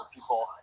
people